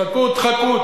חכו חכו,